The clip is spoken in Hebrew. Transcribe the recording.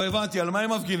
לא הבנתי, על מה הם מפגינים?